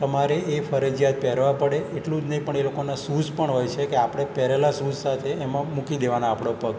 તમારે એ ફરજિયાત પહેરવા પડે એટલું જ નહીં પણ એ લોકોના શૂઝ પણ હોય છે કે આપમે પહેરેલા શૂઝ સાથે એમાં મૂકી દેવાના આપણા પગ